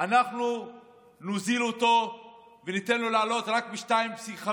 אנחנו נוזיל אותו וניתן לו לעלות רק ב-2.5%.